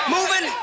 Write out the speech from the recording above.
Moving